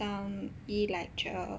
some E lecture